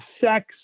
sex